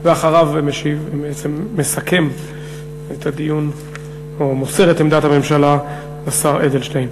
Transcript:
אחריו מסכם את הדיון או מוסר את עמדת הממשלה השר אדלשטיין.